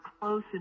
close